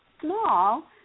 small